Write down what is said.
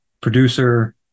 producer